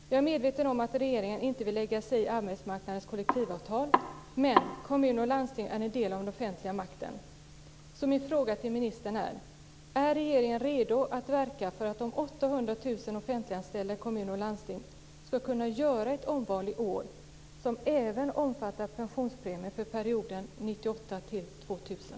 Jag är medveten om att regeringen inte vill lägga sig i arbetsmarknadens kollektivavtal, men kommun och landsting är en del av den offentliga makten. Är regeringen redo att verka för att de 800 000 offentliganställda i kommun och landsting ska kunna göra ett omval i år som även omfattar pensionspremier för perioden 1998-2000?